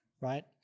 right